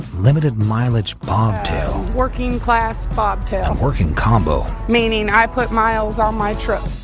limited mileage bobtail, working-class bobtail, working combo, meaning i put miles on my truck.